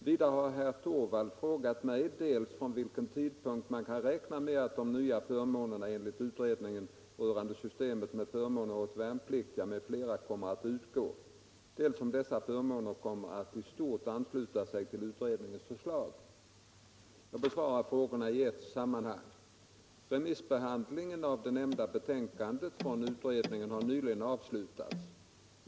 Vidare har herr Torwald frågat mig, dels från vilken tidpunkt man kan räkna med att de nya förmånerna enligt utredningen rörande systemet för förmåner åt värnpliktiga m.fl. kommer att utgå, dels om dessa förmåner kommer att i stort ansluta sig till utredningens förslag. Jag besvarar frågorna i ett sammanhang. Remissbehandlingen av det nämnda betänkandet från utredningen har nyligen avslutats.